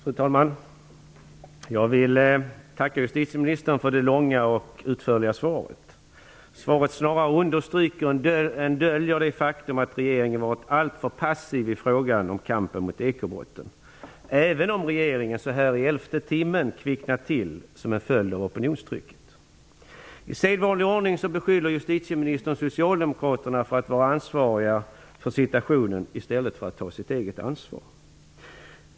Fru talman! Jag vill tacka justitieministern för det långa och utförliga svaret. Svaret snarare understryker än döljer det faktum att regeringen har varit alltför passiv i frågan om kampen mot ekobrotten, även om regeringen så här i elfte timmen kvicknar till som en följd av opinionstrycket. I sedvanlig ordning beskyller justitieministern socialdemokraterna för att vara ansvariga för situationen i stället för att ta sitt eget ansvar.